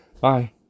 Bye